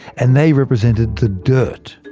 and they represented the dirt.